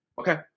Okay